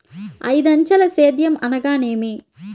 ఐదంచెల సేద్యం అనగా నేమి?